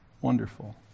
Wonderful